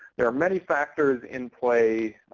there are many factors in play